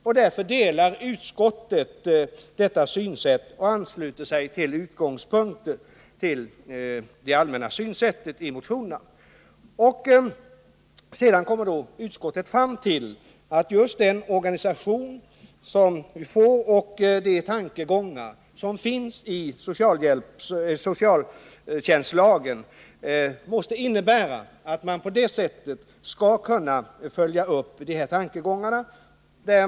Utskottet delar detta synsätt och ansluter sig från denna utgångspunkt till motionernas allmänna synsätt.” Utskottet kommer sedan fram till att just den organisation som vi får och de tankegångar som återfinns i socialtjänstlagen måste göra det möjligt att uppnå de här målen.